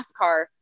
NASCAR